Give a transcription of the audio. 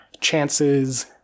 chances